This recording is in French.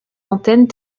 antennes